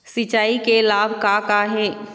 सिचाई के लाभ का का हे?